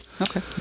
Okay